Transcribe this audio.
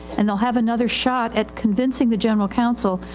and theyill have another shot at convincing the general counsel,